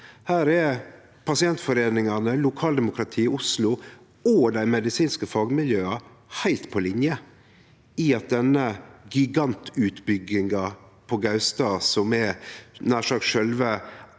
Her er pasientforeiningane, lokaldemokratiet i Oslo og dei medisinske fagmiljøa heilt på linje i at denne gigantutbygginga på Gaustad – nær sagt sjølve